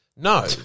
No